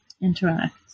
interact